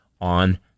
on